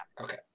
Okay